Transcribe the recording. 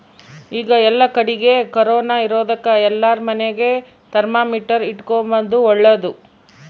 ಈಗ ಏಲ್ಲಕಡಿಗೆ ಕೊರೊನ ಇರೊದಕ ಎಲ್ಲಾರ ಮನೆಗ ಥರ್ಮಾಮೀಟರ್ ಇಟ್ಟುಕೊಂಬದು ಓಳ್ಳದು